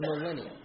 millennium